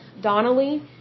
Donnelly